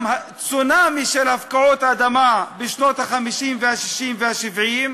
גם הצונאמי של הפקעות האדמה בשנות ה-50 וה-60 וה-70,